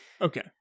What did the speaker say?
Okay